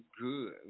Good